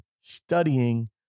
studying